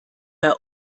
bei